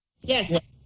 Yes